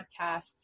podcasts